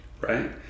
Right